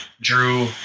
drew